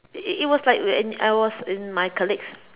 it it was like we are in I was with in my colleagues